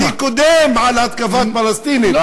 בתיק קודם על התקפת פלסטינים.